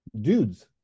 dudes